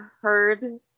heard